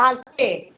હાલશે